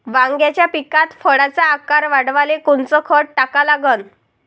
वांग्याच्या पिकात फळाचा आकार वाढवाले कोनचं खत टाका लागन?